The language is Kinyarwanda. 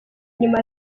nyuma